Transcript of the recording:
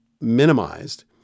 minimized